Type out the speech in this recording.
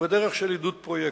ובדרך של עידוד פרויקטים.